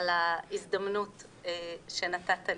על ההזדמנות שנתת לי.